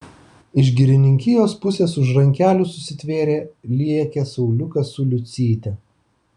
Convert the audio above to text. iš girininkijos pusės už rankelių susitvėrę lėkė sauliukas su liucyte